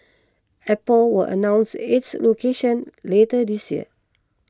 Apple will announce its location later this year